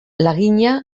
lagina